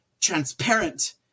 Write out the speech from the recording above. transparent